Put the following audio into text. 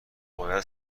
باید